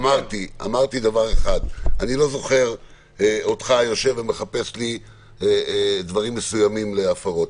אני לא זוכר אותך יושב ומחפש לי דברים מסוימים להפרות.